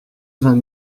vingt